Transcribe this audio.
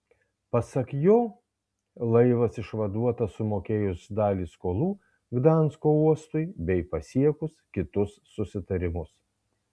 pasak jo laivas išvaduotas sumokėjus dalį skolų gdansko uostui bei pasiekus kitus susitarimus